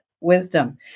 wisdom